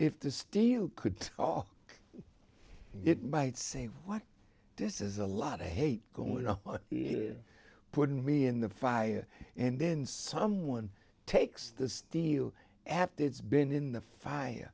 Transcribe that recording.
if the steel could fall it might say what this is a lot i hate going putting me in the fire and then someone takes the steel after it's been in the fire